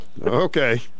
Okay